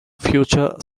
future